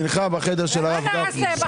רוויזיה.